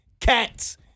Cats